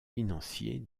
financier